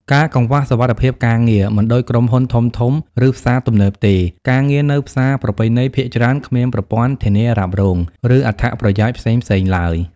ការកង្វះសុវត្ថិភាពការងារ មិនដូចក្រុមហ៊ុនធំៗ ឬផ្សារទំនើបទេ ការងារនៅផ្សារប្រពៃណីភាគច្រើនគ្មានប្រព័ន្ធធានារ៉ាប់រង ឬអត្ថប្រយោជន៍ផ្សេងៗឡើយ។